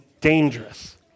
dangerous